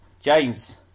James